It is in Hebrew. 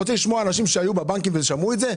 אתה רוצה לשמוע אנשים שהיו בבנק ושמעו את זה?